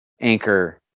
anchor